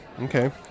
Okay